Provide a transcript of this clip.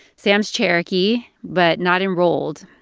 sam's cherokee but not enrolled,